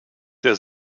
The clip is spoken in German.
der